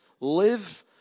Live